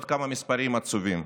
ועוד כמה מספרים עצובים: